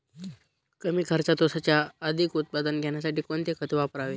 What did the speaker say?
कमी खर्चात ऊसाचे अधिक उत्पादन घेण्यासाठी कोणते खत वापरावे?